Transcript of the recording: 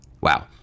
Wow